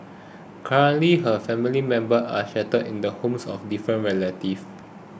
currently her family members are in the homes of different relatives